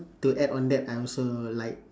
to add on that I also like